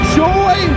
joy